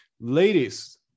Ladies